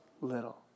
little